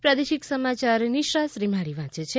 પ્રાદેશિક સમાચાર નિશા શ્રીમાળી વાંચે છે